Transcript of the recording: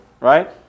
Right